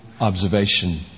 observation